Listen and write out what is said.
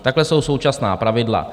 Takhle jsou současná pravidla.